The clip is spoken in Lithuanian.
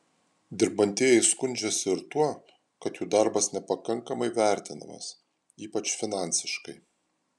dirbantieji skundžiasi ir tuo kad jų darbas nepakankamai vertinamas ypač finansiškai